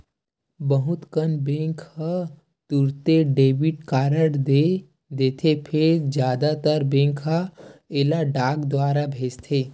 बहुत कन बेंक ह तुरते डेबिट कारड दे देथे फेर जादातर बेंक ह एला डाक दुवार भेजथे